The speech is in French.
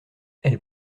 elle